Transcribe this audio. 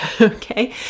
Okay